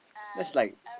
that's like